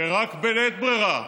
ורק בלית ברירה,